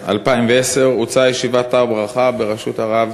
2010, הוצאה ישיבת "הר ברכה" בראשות הרב